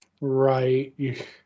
Right